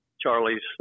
charlie's